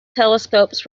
telescopes